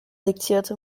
diktierte